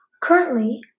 Currently